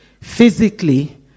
physically